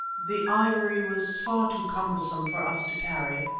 the ivory was far too cumbersome for us to carry,